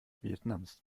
vietnams